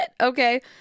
okay